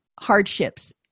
hardships